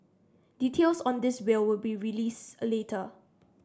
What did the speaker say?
details on this will will be released a later